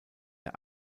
der